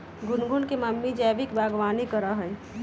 गुनगुन के मम्मी जैविक बागवानी करा हई